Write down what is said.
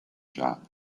shop